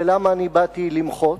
ולמה אני באתי למחות?